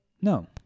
No